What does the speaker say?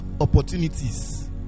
opportunities